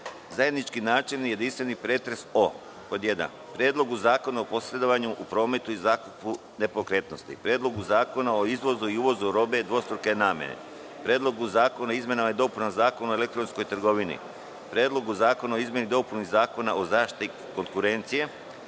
načelni i jedinstveni pretres o: Predlogu zakona o posredovanju u prometu i zakupu nepokretnosti; Predlogu zakona o izvozu i uvozu robe dvostruke namene; Predlogu zakona o izmenama i dopunama Zakona o elektronskoj trgovini; Predlogu zakona o izmenama i dopunama Zakona o zaštiti konkurencije;